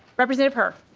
representative her